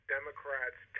Democrats